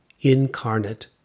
incarnate